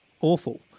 awful